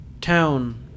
town